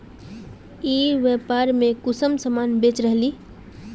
ई व्यापार में कुंसम सामान बेच रहली?